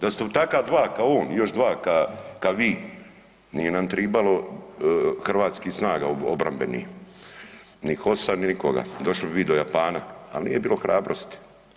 Da su takva dva kao, još dva kao vi, nije nam trebalo hrvatskih snaga obrambenih, ni HOS-a ni nikoga, došli bi vi do Japana, ali nije bilo hrabrosti.